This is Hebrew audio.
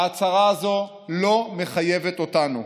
ההצהרה הזאת לא מחייבת אותנו,